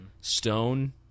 stone